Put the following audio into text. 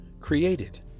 created